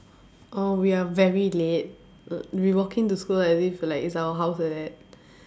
orh we are very late l~ we walking to school as if like it's our house like that